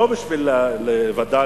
לא בשביל וד"לים,